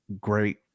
great